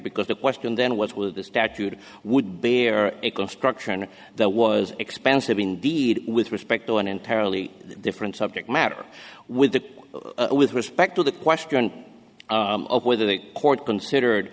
because the question then what was the statute it would bear a construction that was expansive indeed with respect to an entirely different subject matter with the with respect to the question of whether the court considered